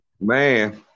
Man